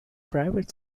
private